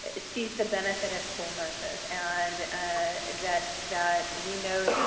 ah sees the benefit of school nurses and ah that that we know